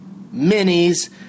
Minis